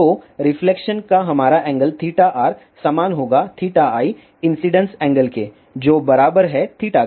तो रिफ्लेक्शन का हमारा एंगल r समान होगा i इन्सिडेन्स एंगल के जो बराबर है के